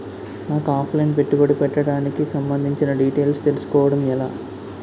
నాకు offline పెట్టుబడి పెట్టడానికి సంబందించిన డీటైల్స్ తెలుసుకోవడం ఎలా?